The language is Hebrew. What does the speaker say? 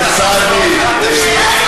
אתה עושה לו מבחן?